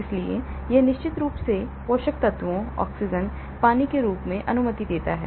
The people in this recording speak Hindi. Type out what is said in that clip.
इसलिए यह निश्चित रूप से पोषक तत्वों ऑक्सीजन पानी के रूप में अनुमति देता है